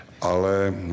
ale